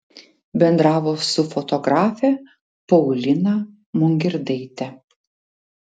bendravo su fotografe paulina mongirdaite